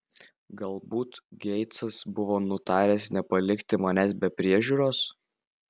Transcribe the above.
galbūt geitsas buvo nutaręs nepalikti manęs be priežiūros